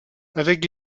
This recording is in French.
avec